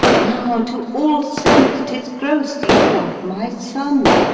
now to all sense tis gross you love my son